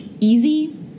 easy